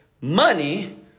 money